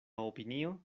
opinio